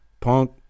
Punk